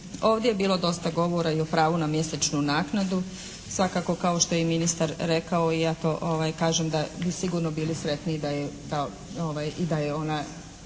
Ovdje je bilo dosta govora i o pravu na mjesečnu naknadu svakako kao što je i ministar rekao i ja to kažem da bi sigurno bili sretniji da je ta